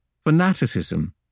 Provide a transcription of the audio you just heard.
fanaticism